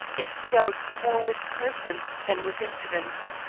it dealt more with persons than with incidents.